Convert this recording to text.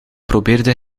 probeerde